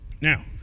Now